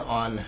on